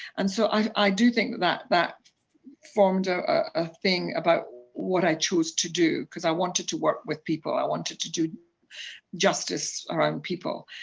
and so i do think that that formed a ah thing about what i chose to do, because i wanted to work with people, i wanted to do justice around people.